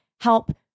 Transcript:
help